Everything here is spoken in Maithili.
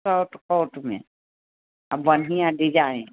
शॉर्ट कटमे आओर बन्हिआँ डिजाइन